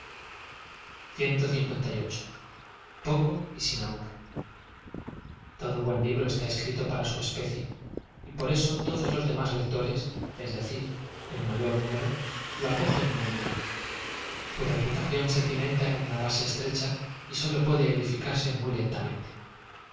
poco y hn amor todo buen libro eatá eacrlco para au especie y por eao todoa loa demás lectores es decir el m ayor núme ro lo acogen muy mal su reputación se cimenta en una base estrecha y sólo puede edificarse muy